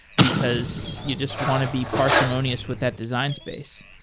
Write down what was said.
because you just want to be parsimonious with that design space.